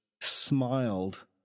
smiled